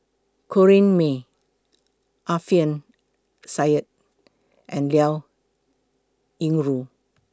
Corrinne May Alfian Sa'at and Liao Yingru